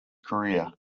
career